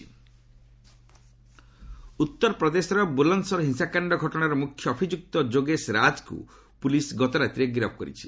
UP violence case ଉତ୍ତର ପ୍ରଦେଶର ବୁଲନ୍ଦ୍ସର ହିଂସାକାଣ୍ଡ ଘଟଣାର ମୁଖ୍ୟ ଅଭିଯୁକ୍ତ ଯୋଗେଶ ରାଜ୍ଙ୍କୁ ପୁଲିସ୍ ଗତରାତିରେ ଗିରଫ ପରିଛି